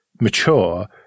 mature